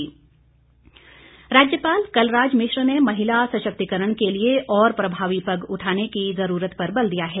राज्यपाल राज्यपाल कलराज मिश्र ने महिला सशक्तिकरण के लिए और प्रभावी पग उठाने की जरूरत पर बल दिया है